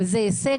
וזה הישג.